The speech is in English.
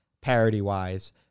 parody-wise